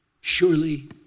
surely